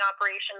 operations